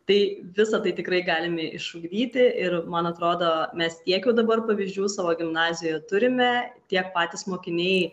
tai visa tai tikrai galime išugdyti ir man atrodo mes tiek jau dabar pavyzdžių savo gimnazijoje turime tiek patys mokiniai